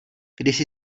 kdysi